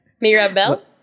Mirabelle